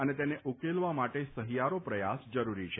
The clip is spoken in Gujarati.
અને તેને ઉકેલવા માટે સહિયારો પ્રયાસ જરૂરી છે